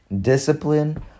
Discipline